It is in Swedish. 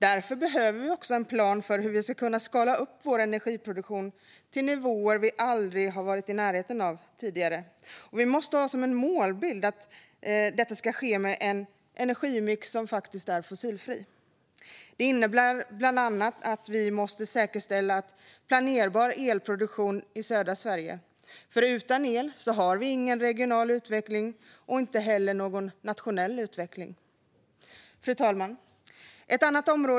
Därför behöver vi en plan för hur vi ska kunna skala upp vår energiproduktion till nivåer vi aldrig tidigare har varit i närheten av. Vi måste ha som målbild att detta ska ske med en energimix som är fossilfri. Det innebär bland annat att vi måste säkerställa en planerbar elproduktion i södra Sverige. Utan el får vi ingen regional utveckling och inte heller någon nationell utveckling. Fru talman!